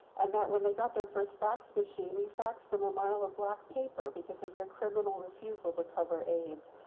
and that when they got their first fax machine, we faxed them a mile of black paper because of their criminal refusal to cover aids.